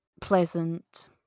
pleasant